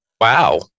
Wow